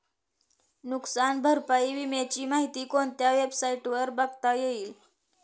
नुकसान भरपाई विम्याची माहिती कोणत्या वेबसाईटवर बघता येईल?